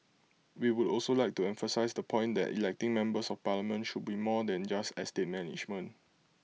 we would also like to emphasise the point that electing members of parliament should be more than just estate management